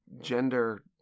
gender